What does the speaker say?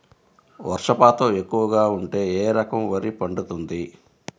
వర్షపాతం ఎక్కువగా ఉంటే ఏ రకం వరి పండుతుంది?